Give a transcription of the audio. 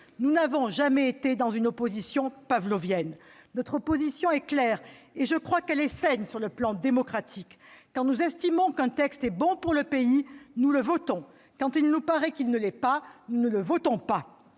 Nous n'avons jamais été dans une opposition pavlovienne. Notre position est claire et, je crois, saine sur le plan démocratique : quand nous estimons qu'un texte est bon pour le pays, nous le votons ; quand il nous paraît qu'il ne l'est pas, nous ne le votons pas